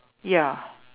ya